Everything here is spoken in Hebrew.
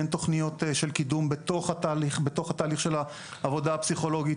אין תוכניות של קידום בתוך התהליך של העבודה הפסיכולוגית.